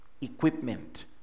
equipment